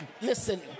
listen